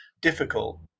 difficult